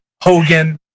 Hogan